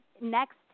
next